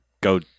go